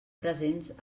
presents